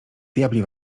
diabli